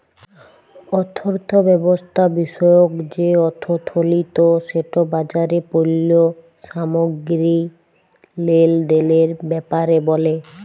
অথ্থব্যবস্থা বিষয়ক যে অথ্থলিতি সেট বাজারে পল্য সামগ্গিরি লেলদেলের ব্যাপারে ব্যলে